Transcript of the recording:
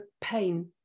pain